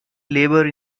labor